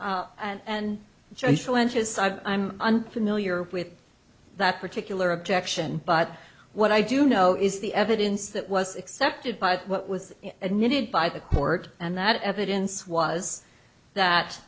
and i'm unfamiliar with that particular objection but what i do know is the evidence that was accepted by what was admitted by the court and that evidence was that